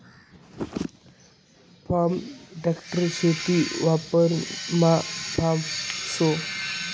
form tractor शेती वापरमा famous शे